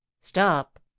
stop